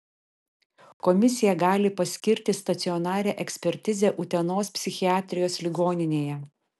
komisija gali paskirti stacionarią ekspertizę utenos psichiatrijos ligoninėje